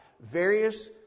various